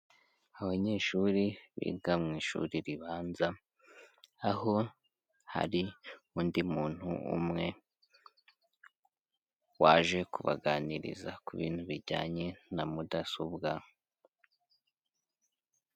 Abanyeshuri biga mu ishuri ribanza, aho hari undi muntu umwe, waje kubaganiriza ku bintu bijyanye na mudasobwa.